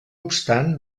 obstant